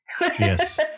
yes